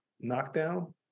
knockdown